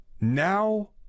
now